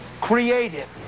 creative